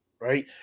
right